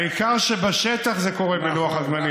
העיקר שבשטח זה קורה בלוח הזמנים.